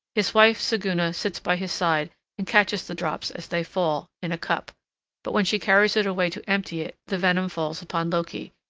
his wife siguna sits by his side and catches the drops as they fall, in a cup but when she carries it away to empty it, the venom falls upon loki,